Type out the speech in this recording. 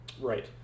Right